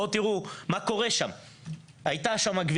אתם אומרים שאתם עובדים עם המשטרה?